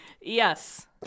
Yes